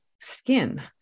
skin